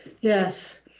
yes